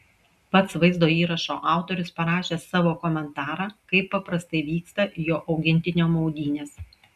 pats vaizdo įrašo autorius parašė savo komentarą kaip paprastai vyksta jo augintinio maudynės